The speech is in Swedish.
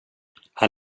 han